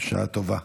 בשעה טובה.